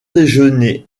déjeuner